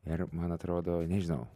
ir man atrodo nežinau